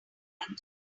night